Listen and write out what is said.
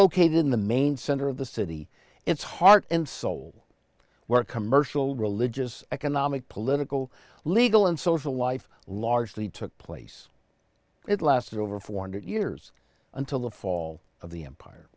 located in the main center of the city its heart and soul were commercial religious economic political legal and social life largely took place it lasted over four hundred years until the fall of the empire